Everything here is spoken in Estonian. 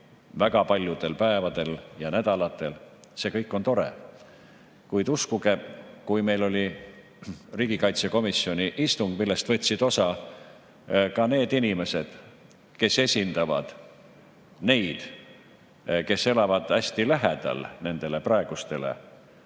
väga paljudel päevadel ja nädalatel. See kõik on tore. Kuid uskuge, kui meil oli riigikaitsekomisjoni istung, millest võtsid osa ka need inimesed, kes esindavad neid, kes elavad nendele praegustele